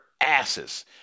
asses